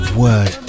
word